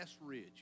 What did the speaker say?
ridge